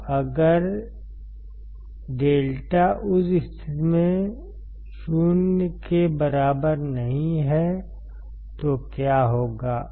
तो अगर λ उस स्थिति में 0 के बराबर नहीं है तो क्या होगा